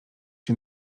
się